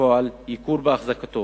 בפועל ייקור אחזקתם,